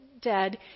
dead